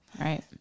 Right